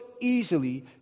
easily